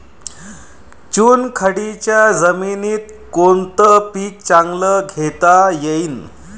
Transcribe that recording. चुनखडीच्या जमीनीत कोनतं पीक चांगलं घेता येईन?